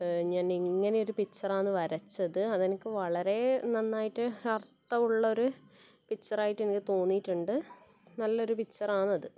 ഞാൻ ഇങ്ങനെ ഒരു പിക്ചർ ആണ് വരച്ചത് അതെനിക്ക് വളരെ നന്നായിട്ട് അർഥം ഉള്ള ഒരു പിക്ചർ ആയിട്ട് എനിക്ക് തോന്നീട്ടുണ്ട് നല്ലൊരു പിക്ചർ ആണത്